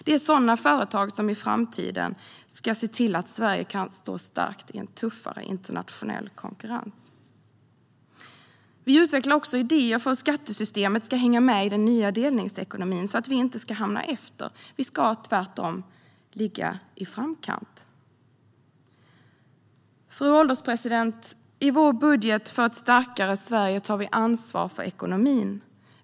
Det är sådana företag som i framtiden ska se till att Sverige kan stå starkt i en tuffare internationell konkurrens. Vi utvecklar också idéer för hur skattesystemet ska hänga med i den nya delningsekonomin så att vi inte hamnar efter. Vi ska tvärtom ligga i framkant. Fru ålderspresident! I vår budget för ett starkare Sverige tar vi ansvar för ekonomin.